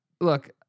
Look